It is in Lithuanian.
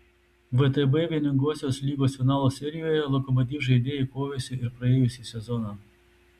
vtb vieningosios lygos finalo serijoje lokomotiv žaidėjai kovėsi ir praėjusį sezoną